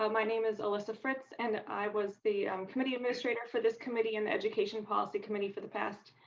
um my name is alyssa fronts and i was the um committee administrator for this committee and education policy committee for the past.